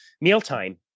mealtime